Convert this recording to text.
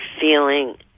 feeling